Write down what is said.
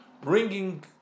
bringing